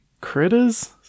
Critters